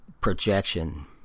projection